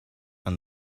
and